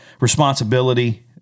responsibility